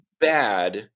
bad